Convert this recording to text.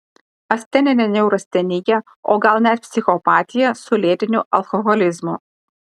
asteninė neurastenija o gal net psichopatija su lėtiniu alkoholizmu